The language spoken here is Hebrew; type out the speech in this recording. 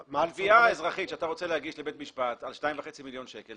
תביעה אזרחית שאתה רוצה להגיש לבית משפט על 2.5 מיליון שקל,